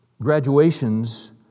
graduations